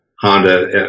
Honda